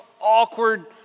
awkward